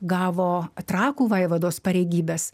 gavo trakų vaivados pareigybes